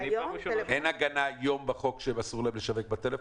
אין הגנה היום בחוק שאסור להם לשווק בטלפון?